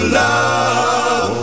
love